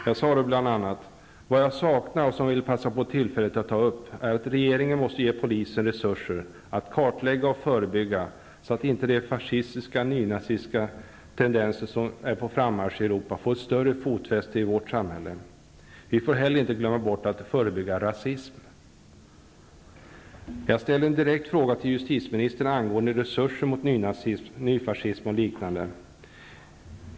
Jag sade bl.a.: ''Vad jag saknar, och som jag vill passa på tillfället att ta upp, är att regeringen måste ge polisen mer resurser att kartlägga och förebygga så att inte de fascistiska och nynazistiska tendenser som är på frammarsch i Europa får större fotfäste i vårt samhälle. Vi får inte heller glömma bort att förebygga rasism.'' Jag ställde en direkt fråga till justitieministern angående resurser mot nynazism, nyfascism och liknande.